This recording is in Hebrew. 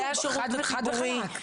חד וחלק.